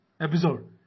episode